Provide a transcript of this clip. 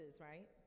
right